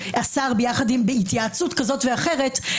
בהתייעצות כזאת או אחרת,